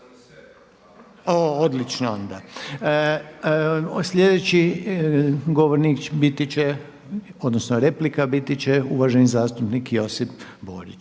O, odlično onda. Sljedeći govornik biti će, odnosno replika biti će uvaženi zastupnik Josip Borić.